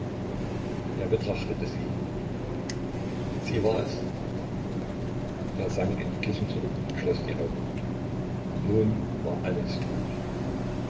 er betrachtete sie sie war es er sank in die kissen zurück und schloß die augen nun war alles gut